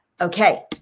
Okay